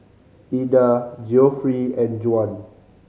Ilda Geoffrey and Juan